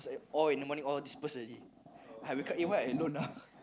it's like all in the morning all disperse already I wake up eh why I alone ah